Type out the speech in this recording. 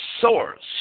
source